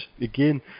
again